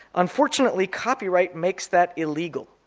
unfortunately copyright makes that illegal.